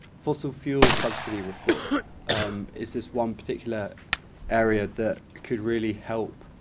fossil fuel subsidy reform um is this one particular area that could really help